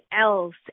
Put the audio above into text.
else